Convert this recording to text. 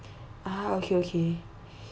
ah okay okay